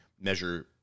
measure